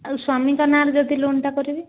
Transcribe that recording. ଆଉ ସ୍ୱାମୀଙ୍କ ନାଁରେ ଯଦି ଲୋନ୍ଟା କରିବି